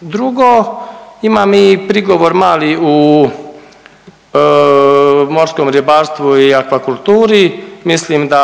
Drugo, imam i prigovor mali u morskom ribarstvu i akvakulturi. Mislim da